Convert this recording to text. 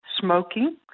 smoking